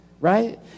right